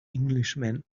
englishman